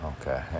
Okay